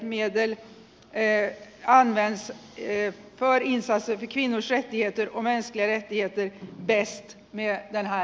det talas mycket om kvinnors rätttigheter mänskliga rättigheter samhällsbyggande bekämpandet av korruption utbildning etc